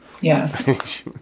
Yes